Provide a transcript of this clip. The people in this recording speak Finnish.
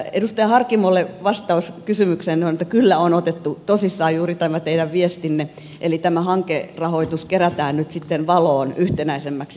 edustaja harkimolle vastaus kysymykseen on että kyllä on otettu tosissaan juuri tämä teidän viestinne eli tämä hankerahoitus kerätään nyt valoon yhtenäisemmäksi perusavustukseksi